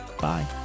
Bye